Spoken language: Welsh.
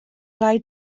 rai